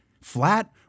Flat